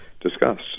discussed